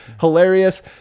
Hilarious